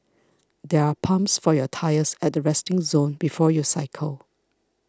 there are pumps for your tyres at the resting zone before you cycle